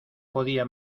podía